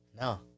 No